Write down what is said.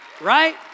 right